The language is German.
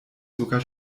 sogar